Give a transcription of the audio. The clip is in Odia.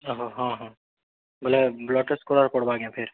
ହଁ ହଁ ବେଲେ ବ୍ଲଡ଼୍ ଟେଷ୍ଟ୍ କର୍ବାକେ ପଡ଼୍ବା କାଏଁ ଫେର୍